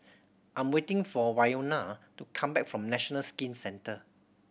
I'm waiting for Wynona to come back from National Skin Centre